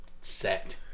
set